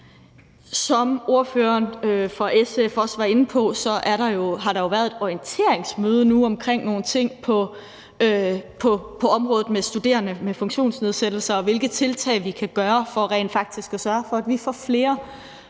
Som ordføreren for SF også var inde på, har der jo været et orienteringsmøde nu om nogle ting på området med studerende med funktionsnedsættelser, og hvilke tiltag vi kan gøre for rent faktisk at sørge for, at vi får flere